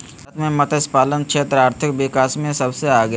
भारत मे मतस्यपालन क्षेत्र आर्थिक विकास मे सबसे आगे हइ